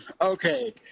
okay